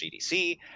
GDC